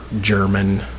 German